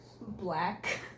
Black